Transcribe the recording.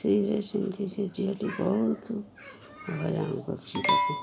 ଶ୍ରୀରେ ସେମିତି ସେ ଝିଅଟି ବହୁତ ହଇରାଣ କରୁଛି ତାକୁ